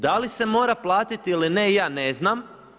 Da li se mora platiti ili ne ja ne znam.